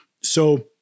So-